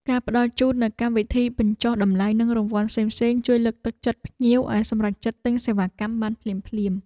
ការផ្តល់ជូននូវកម្មវិធីបញ្ចុះតម្លៃនិងរង្វាន់ផ្សេងៗ ជួយលើកទឹកចិត្តភ្ញៀវឱ្យសម្រេចចិត្តទិញសេវាកម្មបានភ្លាមៗ។